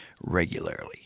regularly